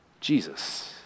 Jesus